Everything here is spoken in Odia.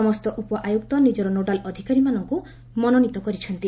ସମସ୍ତ ଉପାୟୁକ୍ତ ନିକର ନୋଡାଲ ଅଧିକାରୀଙ୍କୁ ମନୋନୀତ କରିଛନ୍ତି